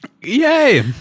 Yay